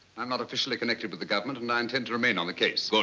i'm not officially connected with the government and i intend to remain on the case. so